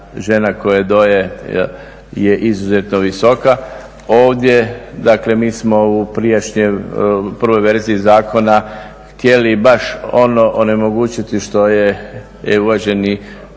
žena koje doje je izuzetno visoka. Ovdje dakle mi smo u prijašnjoj, prvoj verziji Zakona htjeli baš ono onemogućiti što je uvaženi